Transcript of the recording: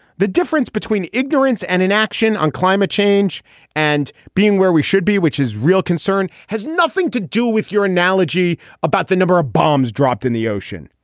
the difference between ignorance and inaction on climate change and being where we should be, which is real concern, has nothing to do with your analogy about the number of bombs dropped in the ocean.